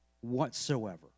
whatsoever